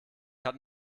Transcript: hat